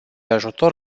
ajutor